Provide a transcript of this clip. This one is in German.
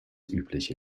übliche